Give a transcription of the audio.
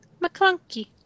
McClunky